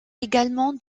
également